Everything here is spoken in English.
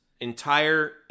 entire